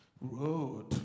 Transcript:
road